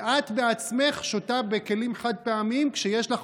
ואת בעצמך שותה בכלים חד-פעמיים כשיש לך